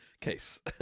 case